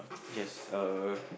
yes uh